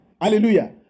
Hallelujah